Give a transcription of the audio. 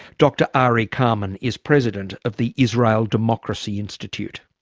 dr arye carmon is president of the israel democracy institute.